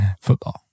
Football